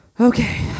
Okay